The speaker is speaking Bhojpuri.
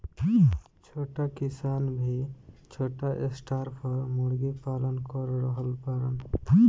छोट किसान भी छोटा स्टार पर मुर्गी पालन कर रहल बाड़न